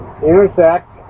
intersect